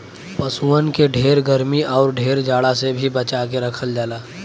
पसुअन के ढेर गरमी आउर ढेर जाड़ा से भी बचा के रखल जाला